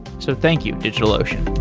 so thank you, digitalocean